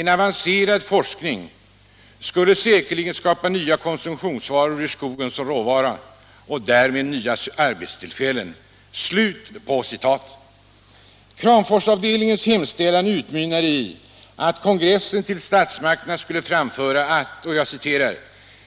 En avancerad forskning skulle säkerligen skapa nya konsumtionsvaror ur skogen som råvara — och därmed nya arbetstillfällen.” Kramforsavdelningens hemställan utmynnade i att kongressen till statsmakterna skulle framföra, att